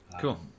cool